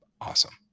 awesome